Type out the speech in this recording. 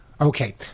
Okay